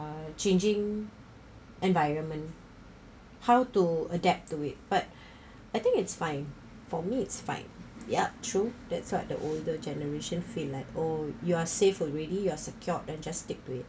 changing environment how to adapt to it but I think it's fine for me it's fine yup true that's what the older generation feel like oh you are safe already you are secured then just stick to it